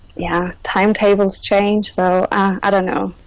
yeah, timetables change so i don't know